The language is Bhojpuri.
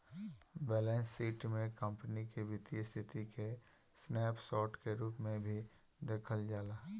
बैलेंस शीट से कंपनी के वित्तीय स्थिति के स्नैप शोर्ट के रूप में भी देखल जाला